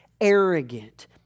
arrogant